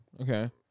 okay